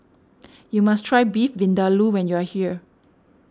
you must try Beef Vindaloo when you are here